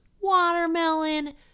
watermelon